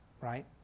right